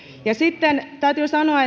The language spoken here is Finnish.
sitten täytyy sanoa